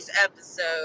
episode